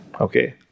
Okay